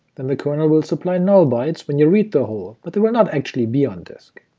then the kernel will supply null bytes when you read the hole, but they will not actually be on disk.